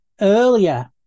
earlier